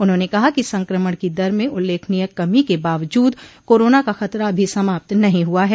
उन्होंने कहा कि संक्रमण की दर में उल्लेखनीय कमी के बावजूद कोरोना का खतरा अभी समाप्त नहीं हुआ है